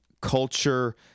culture